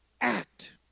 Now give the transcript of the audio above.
act